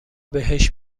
بهش